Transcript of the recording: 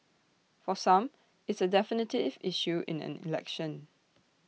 for some it's A definitive issue in an election